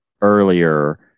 earlier